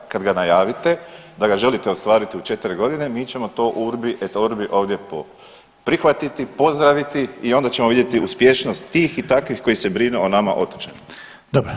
Kad ga najavite da ga želite ostvariti u 4.g. mi ćemo to urbi et orbi ovdje prihvatiti, pozdraviti i onda ćemo vidjeti uspješnost tih i takvih koji se brinu o nama otočanima.